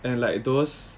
and like those